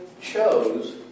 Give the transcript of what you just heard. chose